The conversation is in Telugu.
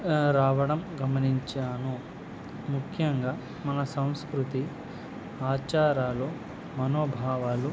రావడం గమనించాను ముఖ్యంగా మన సంస్కృతి ఆచారాలు మనోభావాలు